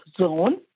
zone